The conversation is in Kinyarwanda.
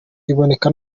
iboneka